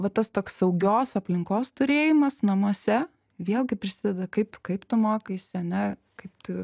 va tas toks saugios aplinkos turėjimas namuose vėlgi prisideda kaip kaip tu mokaisi a ne kaip tu